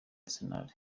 arsenal